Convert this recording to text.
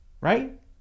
right